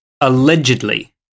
allegedly